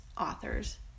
authors